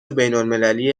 بینالمللی